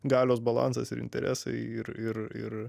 galios balansas ir interesai ir ir ir